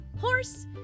Horse